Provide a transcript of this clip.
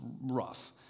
rough